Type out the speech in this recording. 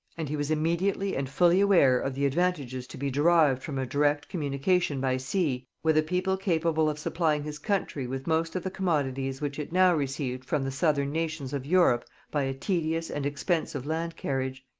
and he was immediately and fully aware of the advantages to be derived from a direct communication by sea with a people capable of supplying his country with most of the commodities which it now received from the southern nations of europe by a tedious and expensive land-carriage.